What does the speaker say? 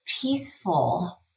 peaceful